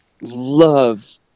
love